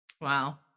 Wow